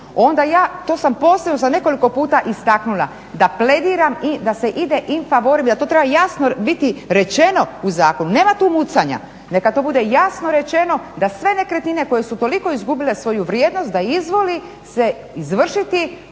onda ja, to sam posebno nekoliko puta istaknula, da plediram i da se ide in favor, da to treba jasno biti rečeno u zakonu, nema tu mucanja. Neka to bude jasno rečeno da sve nekretnine koje su toliko izgubile svoju vrijednost, da izvoli se izvršiti